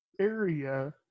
area